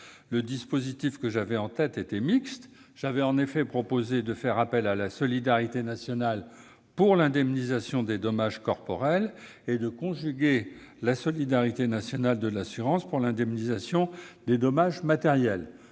Le dispositif que j'avais en tête était mixte. J'avais en effet proposé de faire appel à la solidarité nationale pour l'indemnisation des dommages corporels et de conjuguer la solidarité nationale et l'assurance pour l'indemnisation des dommages matériels.